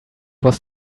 was